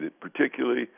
Particularly